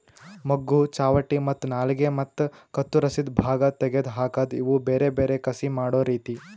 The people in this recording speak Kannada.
ಮೊಗ್ಗು, ಚಾವಟಿ ಮತ್ತ ನಾಲಿಗೆ ಮತ್ತ ಕತ್ತುರಸಿದ್ ಭಾಗ ತೆಗೆದ್ ಹಾಕದ್ ಇವು ಬೇರೆ ಬೇರೆ ಕಸಿ ಮಾಡೋ ರೀತಿ